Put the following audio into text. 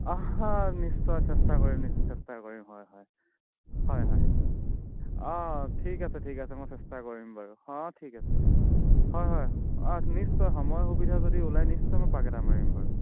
অঁ হঁ নিশ্চয় চেষ্টা কৰিম নিশ্চয় চেষ্টা কৰিম হয় হয় হয় হয় অঁ ঠিক আছে ঠিক আছে মই চেষ্টা কৰিম বাৰু অঁ ঠিক আছে হয় হয় অঁ নিশ্চয় সময় সুবিধা যদি ওলাই নিশ্চয় মই পাক এটা মাৰিম বাৰু